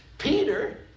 Peter